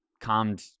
calmed